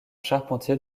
charpentier